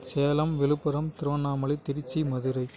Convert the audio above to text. Salem Villupuram Tiruvannamalai Trichy Madurai